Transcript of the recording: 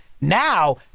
Now